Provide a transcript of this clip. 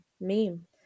meme